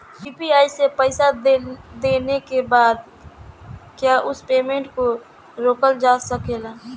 UPI से पईसा देने के बाद क्या उस पेमेंट को रोकल जा सकेला?